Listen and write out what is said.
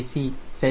c of the tail சரி